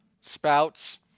spouts